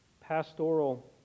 pastoral